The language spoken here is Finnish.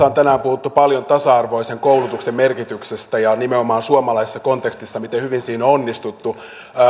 on tänään puhuttu paljon tasa arvoisen koulutuksen merkityksestä ja nimenomaan suomalaisessa kontekstissa siitä miten hyvin siinä on onnistuttu